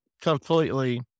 completely